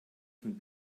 von